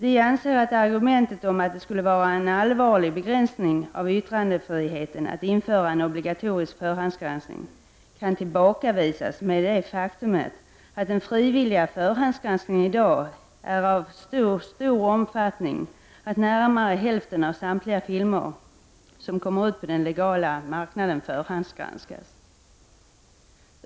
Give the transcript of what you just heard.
Vi anser att argumentet att det skulle vara en allvarlig begränsning av yttrandefriheten att införa en obligatorisk förhandsgranskning, kan tillbakavisas med det faktum att den frivilliga förhandsgranskningen i dag är av så stor omfattning att närmare hälften av samtliga filmer som kommer ut på den legala marknaden förhandsgranskas.